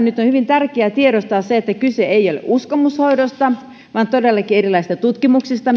nyt on hyvin tärkeää tiedostaa se että kyse ei ole uskomushoidosta vaan todellakin erilaisista tutkimuksista